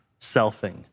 selfing